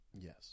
yes